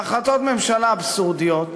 בהחלטות ממשלה אבסורדיות.